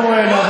אנחנו נעבור